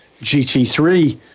GT3